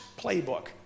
playbook